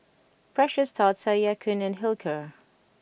Precious Thots say Ya Kun and Hilker